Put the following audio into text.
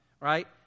right